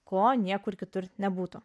ko niekur kitur nebūtų